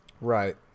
Right